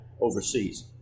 overseas